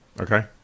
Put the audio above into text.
Okay